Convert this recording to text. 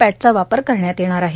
पॅटचा वापर करण्यात येणार आहे